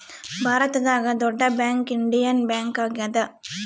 ಭಾರತದಾಗ ದೊಡ್ಡ bank Indian Bank ಆಗ್ಯಾದ